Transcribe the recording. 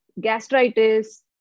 gastritis